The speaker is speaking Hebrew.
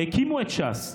הקימו את ש"ס.